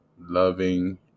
loving